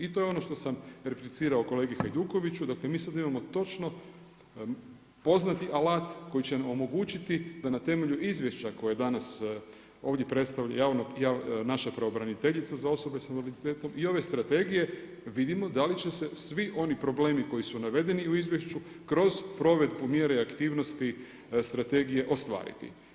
I to je ono što sam replicirao kolegi Hajdukoviću, dakle mi sada imamo točno poznati alat koji će omogućiti da na temelju izvješća koje danas ovdje predstavlja naša pravobraniteljica za osobe sa invaliditetom i ove strategije vidimo da li će se svi oni problemi koji su navedeni u izvješću kroz provedbu mjere i aktivnosti strategije ostvariti.